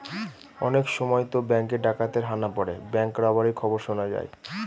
অনেক সময়তো ব্যাঙ্কে ডাকাতের হানা পড়ে ব্যাঙ্ক রবারির খবর শোনা যায়